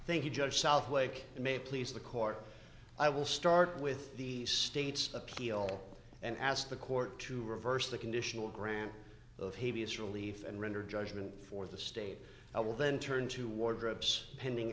thank you judge south lake may please the court i will start with the state's appeal and ask the court to reverse the conditional grant of habeas relief and render judgment for the state i will then turn to wardrobes pending